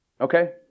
Okay